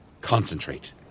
concentrate